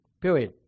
period